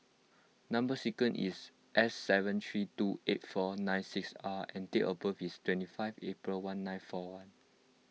Number Sequence is S seven three two eight four nine six R and date of birth is twenty five April one nine four one